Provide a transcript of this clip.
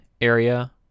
area